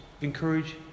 encourage